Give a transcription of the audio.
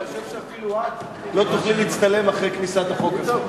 אני חושב שאפילו את לא תוכלי להצטלם אחרי כניסת החוק הזה.